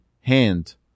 hand